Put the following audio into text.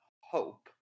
hope